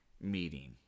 meeting